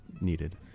needed